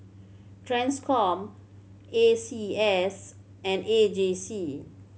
Transcom A C S and A J C